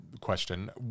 question